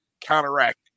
counteract